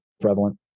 prevalent